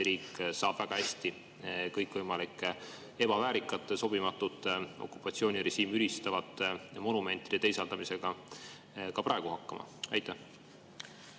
riik saab väga hästi kõikvõimalike ebaväärikate, sobimatute, okupatsioonirežiimi ülistavate monumentide teisaldamisega ka praegu hakkama.